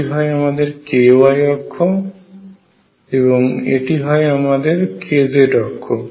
এটি হয় আমাদের ky অক্ষ এবং এটি হয় আমাদের kz অক্ষ